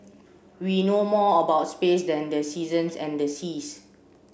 we know more about space than the seasons and the seas